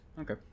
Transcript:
Okay